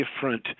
different